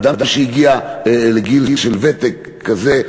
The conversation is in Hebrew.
אדם שהגיע לגיל של ותק כזה,